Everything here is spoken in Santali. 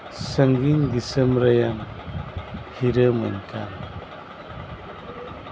ᱥᱟᱹᱜᱤᱧ ᱫᱤᱥᱚᱢ ᱨᱮᱱ ᱦᱤᱨᱟᱹᱢ ᱟᱹᱧ ᱠᱟᱱ